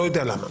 לא יודע למה.